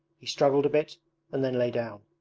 he struggled a bit and then lay down.